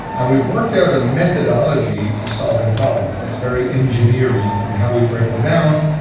and we've worked out a methodology for solving problems that's very engineery in how we break them down.